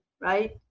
right